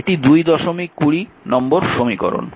এটি 220 নম্বর সমীকরণ